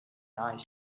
ice